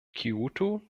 kyoto